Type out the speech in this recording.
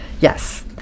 Yes